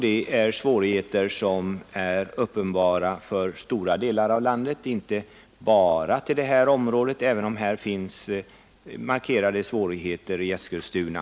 Det är svårigheter som är uppenbara inom stora delar av landet, inte bara inom det här området, även om det finns markerade svårigheter just i Eskilstuna.